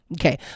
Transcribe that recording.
Okay